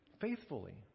faithfully